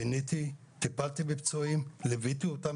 פיניתי, טיפלתי בפצועים, ליוויתי אותם